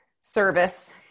Service